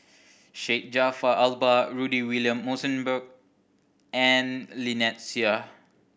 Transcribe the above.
Syed Jaafar Albar Rudy William Mosbergen and Lynnette Seah